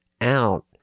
out